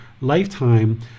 lifetime